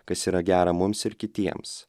kas yra gera mums ir kitiems